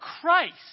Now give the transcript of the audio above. Christ